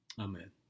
Amen